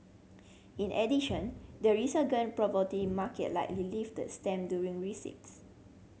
in addition the resurgent property market likely lifted stamp during receipts